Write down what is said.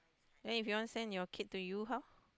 then if you want send your kid to U how